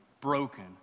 broken